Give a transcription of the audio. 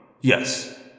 Yes